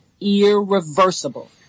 irreversible